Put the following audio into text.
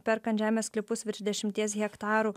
perkant žemės sklypus virš dešimties hektarų